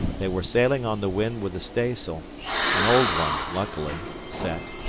they were sailing on the wind with the staysail an old one, luckily set,